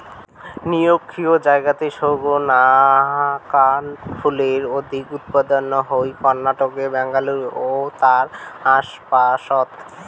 নিরক্ষীয় জাতের সৌগ নাকান ফুলের অধিক উৎপাদন হই কর্ণাটকের ব্যাঙ্গালুরু ও তার আশপাশত